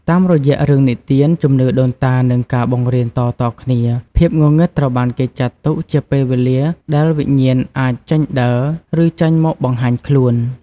តាមរយៈរឿងនិទាន ជំនឿដូនតា និងការបង្រៀនតៗគ្នា ភាពងងឹតត្រូវបានគេចាត់ទុកជាពេលវេលាដែលវិញ្ញាណអាចចេញដើរ ឬចេញមកបង្ហាញខ្លួន ។